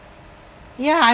ya I